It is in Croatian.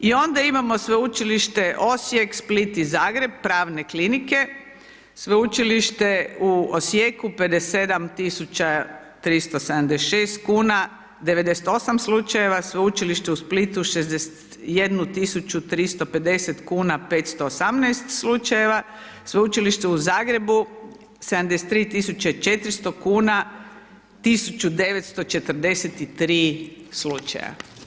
I onda imamo Sveučilište Osijek, Split i Zagreb, pravne klinike Sveučilište u Osijeku 57 tisuća 376 kuna, 98 slučajeva, Sveučilište u Splitu 61 tisuću 350 kuna 518 slučajeva, Sveučilište u Zagrebu 73 tisuće 400 kuna, 1943 slučaja.